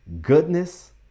goodness